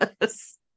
Yes